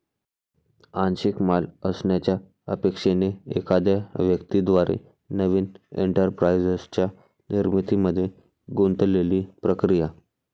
आंशिक मालक असण्याच्या अपेक्षेने एखाद्या व्यक्ती द्वारे नवीन एंटरप्राइझच्या निर्मितीमध्ये गुंतलेली प्रक्रिया